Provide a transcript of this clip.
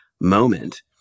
moment